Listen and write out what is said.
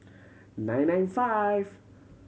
nine nine five